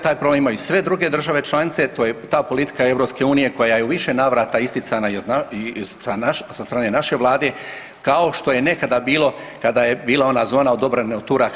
Taj problem imaju i sve druge države članice, ta politika EU koja je u više navrata isticana i sa strane naše Vlade kao što je nekada bilo kada je bila ona zona od obrane od Turaka.